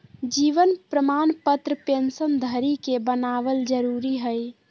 जीवन प्रमाण पत्र पेंशन धरी के बनाबल जरुरी हइ